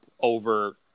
over